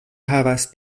havas